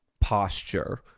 posture